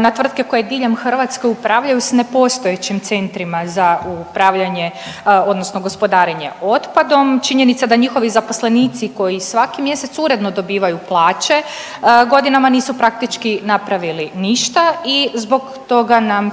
na tvrtke koje diljem Hrvatske upravljaju s nepostojećim centrima za upravljanje odnosno gospodarenje otpadom, činjenica je da njihovi zaposlenici koji svaki mjesec uredno dobivaju plaće godinama nisu praktički napravili ništa i zbog toga nam prijete